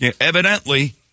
Evidently